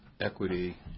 equity